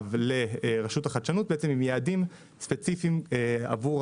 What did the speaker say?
במכתב לרשות החדשנות עם יעדים ספציפיים עבור